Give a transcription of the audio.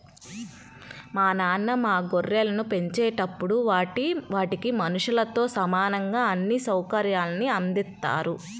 మా నాన్న మా గొర్రెలను పెంచేటప్పుడు వాటికి మనుషులతో సమానంగా అన్ని సౌకర్యాల్ని అందిత్తారు